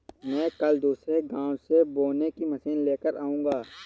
मैं कल दूसरे गांव से बोने की मशीन लेकर आऊंगा